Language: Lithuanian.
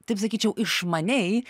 taip sakyčiau išmaniai